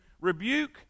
Rebuke